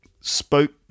spoke